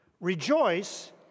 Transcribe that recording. Rejoice